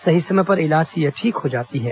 सही समय पर इलाज से यह ठीक हो जाता है